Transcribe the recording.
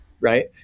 right